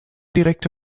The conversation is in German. direkte